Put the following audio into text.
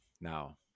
now